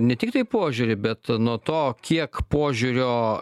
ne tiktai požiūrį bet nuo to kiek požiūrio